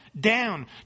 down